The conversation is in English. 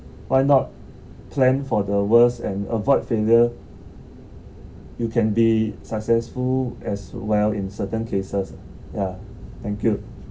why not plan for the worst and avoid failure you can be successful as well in certain cases yeah thank you